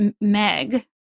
Meg